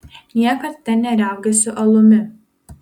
niekad ten neriaugėsiu alumi